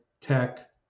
tech